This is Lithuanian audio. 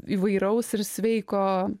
įvairaus ir sveiko